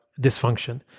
dysfunction